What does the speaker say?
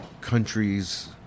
countries